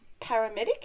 paramedic